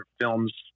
films